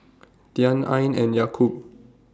Dian Ain and Yaakob